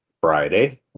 Friday